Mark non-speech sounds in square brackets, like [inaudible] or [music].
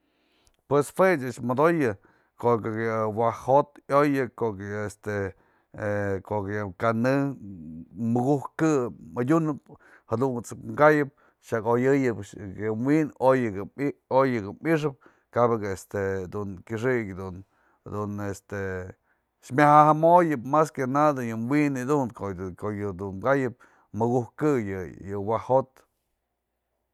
Pues jue ëch modoyë ko'ok yë wa'aj jo'ot yo'oya, ko'ok yë este [hesitation] ko'ok yë ka'anë muku'ujkë adyunëp jadunt'sëk kayëp xa'ak oyëyëp yëm wi'in, oyëk mi'ixëp kabak este dun kyëxëk dun este myajamoyëp mas que nada yë wi'in ko'o yë dun ka'ayëp muku'ujkë yë wa'aj jo'ot.